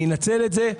אני אנצל את זה,